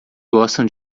gostam